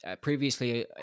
previously